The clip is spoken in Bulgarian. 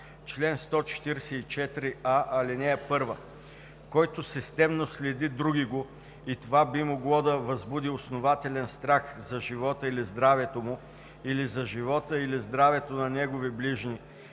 чл. 144а: „Чл. 144а. (1) Който системно следи другиго и това би могло да възбуди основателен страх за живота или здравето му, или за живота или здравето на негови ближни,